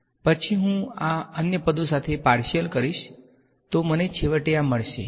પછી હું આ અન્ય પદો સાથે પાર્શીયલ કરીશ તો મને છેવટે આ મળશે